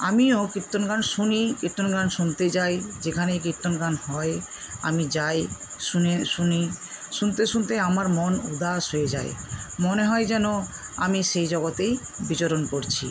আমিও কীর্তন গান শুনি কীর্তন গান শুনতে যাই যেখানে কীর্তন গান হয় আমি যাই শুনে শুনি শুনতে শুনতে আমার মন উদাস হয়ে যায় মনে হয় যেন আমি সেই জগতেই বিচরণ করছি